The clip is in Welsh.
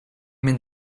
mynd